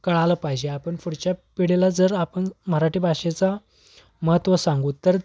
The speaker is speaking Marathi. कळालं पाहिजे आपण पुढच्या पिढीला जर आपण मराठी भाषेचं महत्त्व सांगू तर